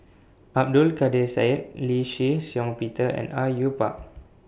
Abdul Kadir Syed Lee Shih Shiong Peter and Au Yue Pak